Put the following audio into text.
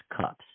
cups